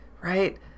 right